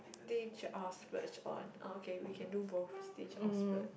stinge or splurge on oh okay we can do both stinge or splurge